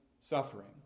suffering